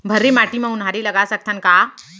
भर्री माटी म उनहारी लगा सकथन का?